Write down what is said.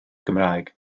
gymraeg